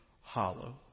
hollow